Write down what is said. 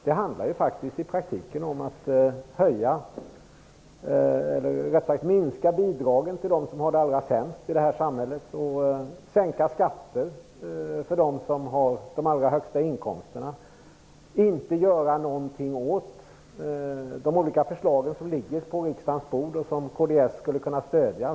Det handlar i praktiken om att minska bidragen till dem som har det allra sämst i det här samhället och sänka skatter för dem med de allra högsta inkomsterna. Man vill inte göra någonting åt de olika förslagen som ligger på riksdagens bord och som kds skulle kunna stödja.